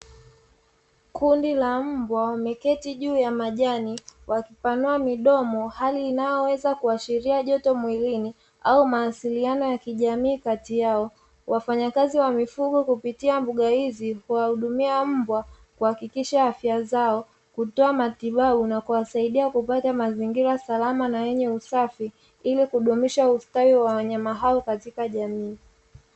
Kundi la mbwa meketi juu ya majani wa kupanua midomo hali inayoweza kuashiria joto mwilini au mawasiliano ya kijamii kati yao, wafanyakazi wa mifugo kupitia mbuga hizi kuwahudumia mbwa kuhakikisha afya zao kutoa matibabu na kuwasaidia kupata mazingira salama na yenye usafi ili kudumisha ustawi wa wanyama hao katika jamii.